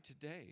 today